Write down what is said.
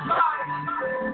life